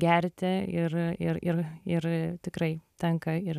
gerti ir ir ir ir tikrai tenka ir